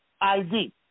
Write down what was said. ID